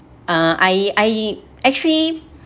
uh I I actually